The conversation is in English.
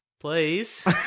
please